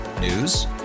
News